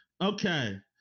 okay